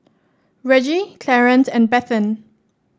Reggie Clarance and Bethann